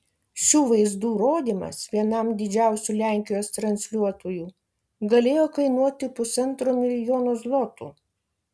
šių vaizdų rodymas vienam didžiausių lenkijos transliuotojų galėjo kainuoti pusantro milijonų zlotų